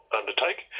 undertake